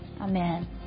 Amen